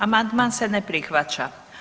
Amandman se ne prihvaća.